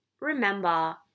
remember